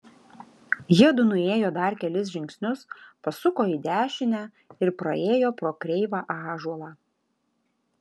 jiedu nuėjo dar kelis žingsnius pasuko į dešinę ir praėjo pro kreivą ąžuolą